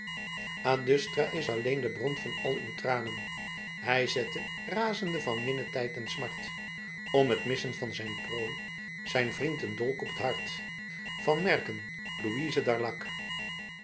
is alleen de bron van al uw tranen hy zette razende van minnenijd en smart om t missen van zijn prooi zijn vriend een dolk op t hart van merken louize d'arlac